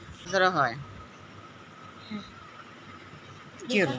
পুকুর বা নদীতে জাল ছড়িয়ে মাছ ধরা হয়